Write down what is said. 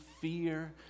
fear